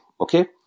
Okay